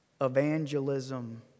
evangelism